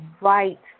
right